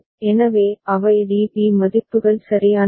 எனவே அவை DB மதிப்புகள் சரியானவை